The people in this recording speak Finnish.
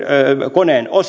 koneen